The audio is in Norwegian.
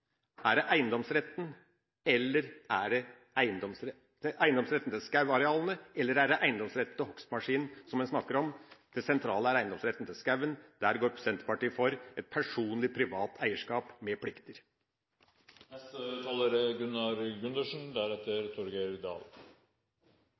Er det eiendomsretten til skogarealene eller er det eiendomsretten til hogstmaskinen en snakker om? Det sentrale er eiendomsretten til skogen. Der går Senterpartiet for et personlig, privat eierskap med plikter. Til foregående taler: Man burde kanskje snu litt på hvem som skal svare. Det helt sentrale er